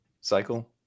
cycle